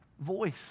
voice